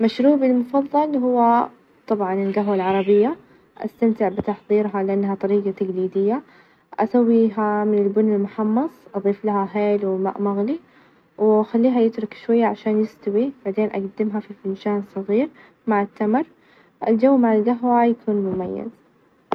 أفضل المتاحف الفنية استمتع فيها؛ لإنها تعكس ثقافات مختلفة، وتعطيك فرصة تشوف ابداعات الفنانين ،كل لوحة تحكي قصة وتخليك تتأمل، وتفكر في المشاعر ،والأفكار اللي وراها.